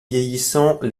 vieillissant